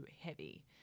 heavy